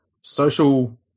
social